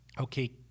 okay